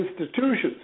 institutions